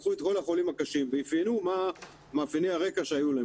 לקחו את כל החולים הקשים ואפיינו מה מאפייני הרקע שהיו להם,